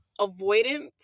avoidant